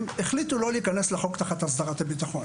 החליטו לא להיכנס לחוק תחת הסדרת הביטחון,